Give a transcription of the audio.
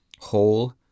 whole